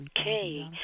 Okay